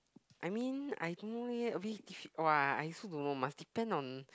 I mean I don't know leh a bit diffi~ !wah! I also don't know must depend on